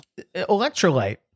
Electrolyte